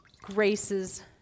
Grace's